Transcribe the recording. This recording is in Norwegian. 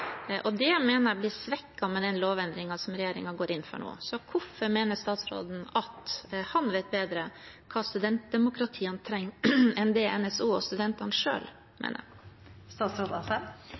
Det mener jeg blir svekket med den lovendringen som regjeringen går inn for nå. Hvorfor mener statsråden at han vet bedre hva studentdemokratiene trenger, enn det NSO og studentene